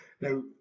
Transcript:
Now